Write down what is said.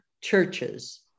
churches